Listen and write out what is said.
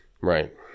Right